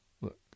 Look